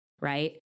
right